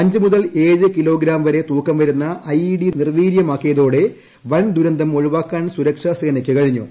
അഞ്ചു മുതൽ ഏഴ് കിലോഗ്രാം വരെ തൂക്കം വരുന്ന ഐഇഡി നിർവ്വീര്യമാക്കിയതോടെ വൻദുരന്തം ഒഴിവാക്കാൻ സുരക്ഷാ സേനയ്ക്ക് കഴിഞ്ഞു